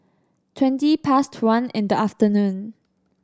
twenty past one in the afternoon